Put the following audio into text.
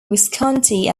visconti